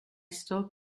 still